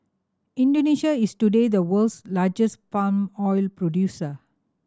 Indonesia is today the world's largest palm oil producer